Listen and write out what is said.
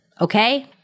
Okay